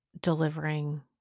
delivering